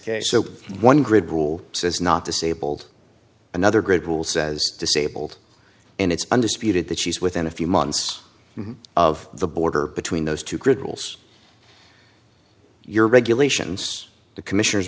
case so one grid rule says not disabled another great tool says disabled and it's undisputed that she's within a few months of the border between those two crude rules your regulations the commission